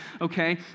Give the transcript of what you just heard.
Okay